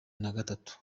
nagatatu